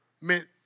meant